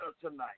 tonight